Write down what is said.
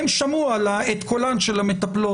אני רוצה לעצור את הדיון,